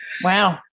Wow